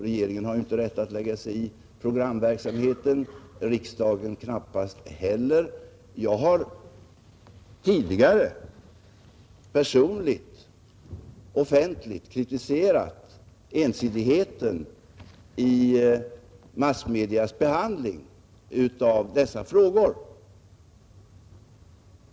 Regeringen har inte rätt att lägga sig i programverksamheten, knappast riksdagen heller. Tidigare har jag utanför detta hus personligen offentligt kritiserat ensidigheten i massmedias behandling av dessa frågor.